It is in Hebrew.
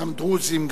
גם דרוזים,